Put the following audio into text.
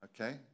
Okay